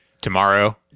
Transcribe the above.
Tomorrow